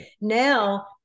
Now